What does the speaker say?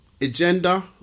Agenda